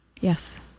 Yes